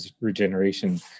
regeneration